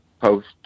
post